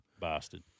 Bastard